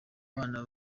bana